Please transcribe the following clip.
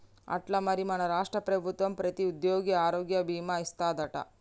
అట్నా మరి మన రాష్ట్ర ప్రభుత్వం ప్రతి ఉద్యోగికి ఆరోగ్య భీమా ఇస్తాదట